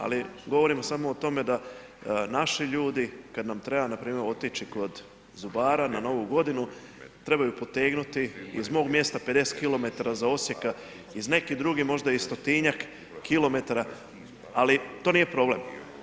Ali govorimo samo o tome da naši ljudi kada nam treba npr. otići kod zubara, na novu godinu, trebaju potegnuti iz mog mjesta 50km za Osijeka, iz nekih drugih možda i stotinjak km ali to nije problem.